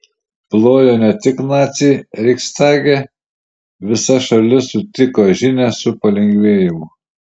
plojo ne tik naciai reichstage visa šalis sutiko žinią su palengvėjimu